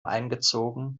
eingezogen